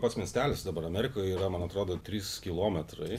pats miestelis dabar amerikoj yra man atrodo trys kilometrai